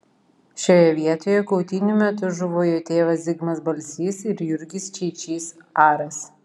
šioje vietoje kautynių metu žuvo jo tėvas zigmas balsys ir jurgis čeičys aras